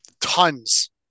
tons